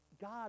God